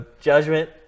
Judgment